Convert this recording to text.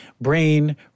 brain